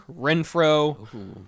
renfro